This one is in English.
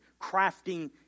crafting